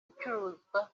icuruzwa